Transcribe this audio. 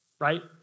Right